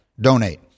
donate